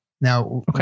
Now